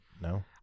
No